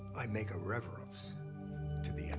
i make a reverence to the